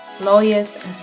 lawyers